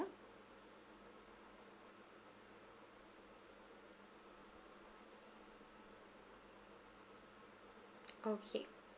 okay